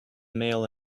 male